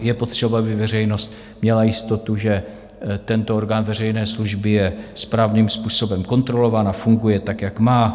Je potřeba, aby veřejnost měla jistotu, že tento orgán veřejné služby je správným způsobem kontrolován a funguje tak, jak má.